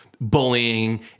bullying